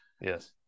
Yes